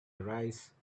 arise